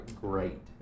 great